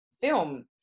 film